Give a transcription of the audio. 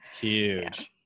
huge